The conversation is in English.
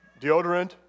deodorant